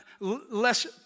less